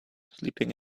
sleeping